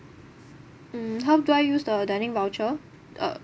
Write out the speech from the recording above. mm how do I use the dining voucher uh